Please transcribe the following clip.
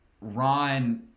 Ron